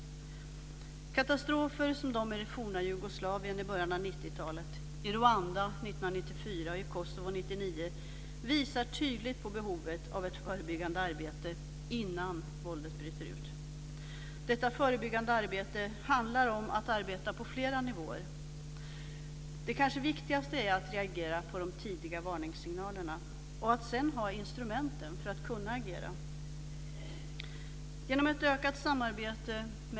Katastrofer som dem i Jugoslavien i början av 90 talet, i Rwanda 1994 och i Kosovo 1999 visar tydligt på behovet av ett förebyggande arbete innan våldet bryter ut. Detta förebyggande arbete handlar om att arbeta på flera nivåer. Det kanske viktigaste är att reagera på de tidiga varningssignalerna och att sedan ha instrumenten för att kunna agera.